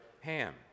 Ham